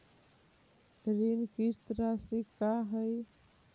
ऋण किस्त रासि का हई?